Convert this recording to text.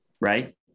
right